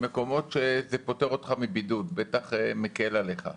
מקומות שזה פותר אותך מבידוד, בטח מקל עליך.